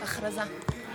הודעה לסגנית המזכיר.